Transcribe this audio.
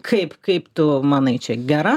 kaip kaip tu manai čia gera